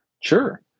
Sure